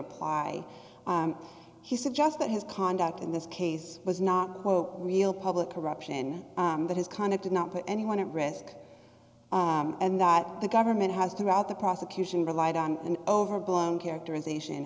reply he suggests that his conduct in this case was not quote real public corruption that his kind of did not put anyone at risk and that the government has throughout the prosecution relied on an overblown characterization